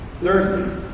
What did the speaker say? Thirdly